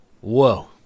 Whoa